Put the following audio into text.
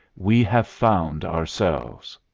we have found ourselves.